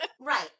Right